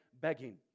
begging